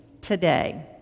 today